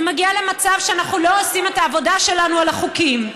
זה מגיע למצב שאנחנו לא עושים את העבודה שלנו על החוקים.